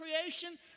creation